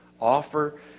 offer